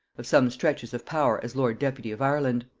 of some stretches of power as lord-deputy of ireland.